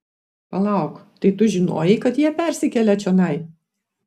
palauk tai tu žinojai kad jie persikelia čionai